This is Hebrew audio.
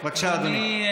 בבקשה, אדוני.